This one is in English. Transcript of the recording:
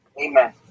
amen